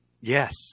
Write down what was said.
Yes